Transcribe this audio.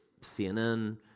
CNN